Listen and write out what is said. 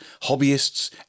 hobbyists